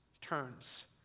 turns